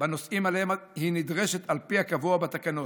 בנושאים שאליהם היא נדרשת על פי הקבוע בתקנות.